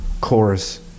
chorus